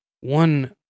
one